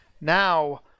now